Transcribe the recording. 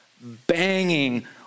banging